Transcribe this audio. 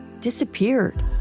disappeared